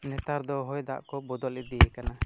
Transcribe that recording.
ᱱᱮᱛᱟᱨ ᱫᱚ ᱦᱚᱭ ᱫᱟᱜ ᱠᱚ ᱵᱚᱫᱚᱞ ᱤᱫᱤᱭ ᱠᱟᱱᱟ